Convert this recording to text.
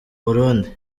burundi